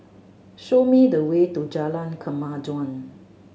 show me the way to Jalan Kemajuan